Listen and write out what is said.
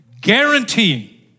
guaranteeing